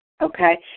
Okay